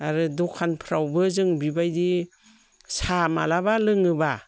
आरो दखानफ्रावबो जों बेबायदि साहा माब्लाबा लोङोबा